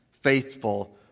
faithful